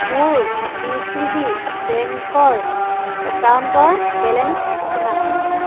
মোৰ D C B বেংকৰ একাউণ্টৰ বেলেঞ্চ কিমান